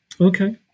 Okay